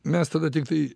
mes tada tiktai